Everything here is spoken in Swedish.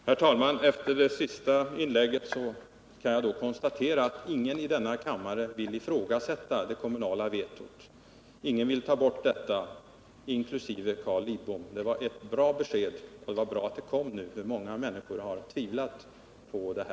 Herr talman! Efter det sista inlägget kan jag konstatera att ingen i denna kammare vill ifrågasätta det kommunala vetot. Ingen vill ta bort detta — inte heller Carl Lidbom. Det var ett bra besked och det var bra att det kom nu, för många människor har tvivlat på detta.